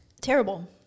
Terrible